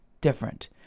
different